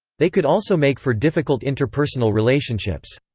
they could also make for difficult interpersonal relationships.